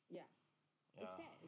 ya